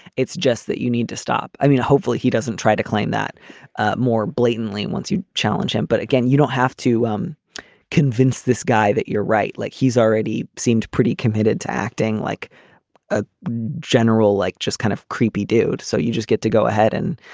it's just that you need to stop. i mean, hopefully he doesn't try to claim that more blatantly once you challenge him. but again, you don't have to um convince this guy that you're right. like, he's already seemed pretty committed to acting like a general, like just kind of creepy dude. so you just get to go ahead and,